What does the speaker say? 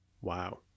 Wow